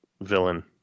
villain